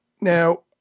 Now